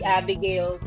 Abigail